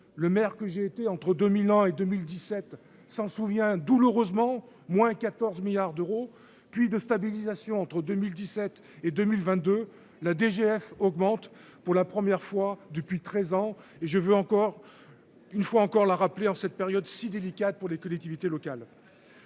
le maire que j'ai été entre 2001 et 2017 s'en souvient douloureusement moins 14 milliards d'euros, puis de stabilisation entre 2017 et 2022 la DGF augmente pour la première fois depuis 13 ans et je veux encore. Une fois encore la rappeler en cette période si délicate pour les collectivités locales.--